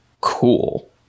cool